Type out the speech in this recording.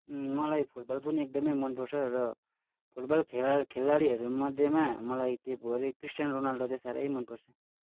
मलाई फुटबल पनि एकदमै मनपर्छ र फुटबल खेलाडी खेलाडीहरूमध्येमा मलाई त्योभरि क्रिस्टियानो रोनाल्डो चाहिँ साह्रै मनपर्छ